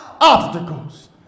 Obstacles